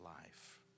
life